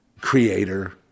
Creator